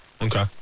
Okay